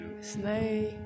Snake